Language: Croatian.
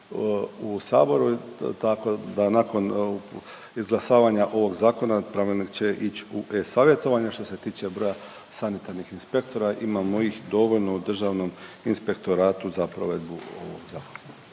u saboru i tako da nakon izglasavanja ovog zakona pravilnik će ić u e-savjetovanje. Što se tiče broja sanitarnih inspektora, imamo ih dovoljno u državnom inspektoratu za provedbu ovog zakona.